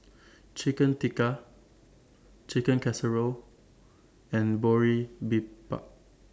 Chicken Tikka Chicken Casserole and